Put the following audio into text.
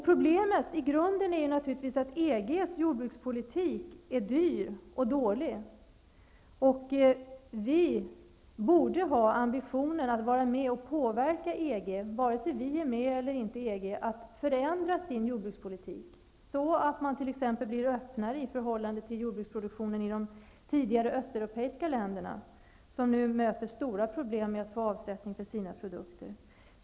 Problemet i grunden är naturligtvis att EG:s jordbrukspolitik är dyr och dålig. Vi borde ha ambitionen att påverka EG, vare sig vi är medlemmar eller inte, till att förändra sin jordbrukspolitik. EG borde bli öppnare i förhållande till jordbruksproduktionen i de tidigare östeuropeiska länderna som nu möter stora problem med att få avsättning för sina produkter.